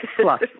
Plus